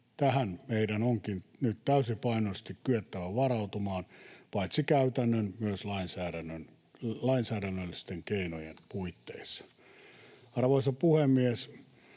Tähän meidän onkin nyt täysipainoisesti kyettävä varautumaan paitsi käytännön myös lainsäädännöllisten keinojen puitteissa. Arvoisa puhemies!